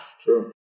True